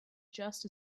just